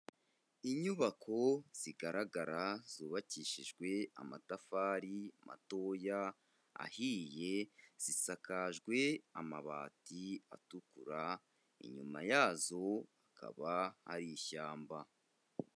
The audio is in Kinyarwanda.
Inyubako zigaragara, zubakishijwe amatafari matoya ahiye, zisakajwe amabati atukura, inyuma yazo hakaba hari ishyamba.